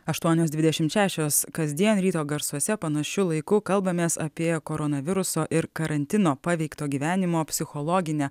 aštuonios dvidešimt šešios kasdien ryto garsuose panašiu laiku kalbamės apie koronaviruso ir karantino paveikto gyvenimo psichologinę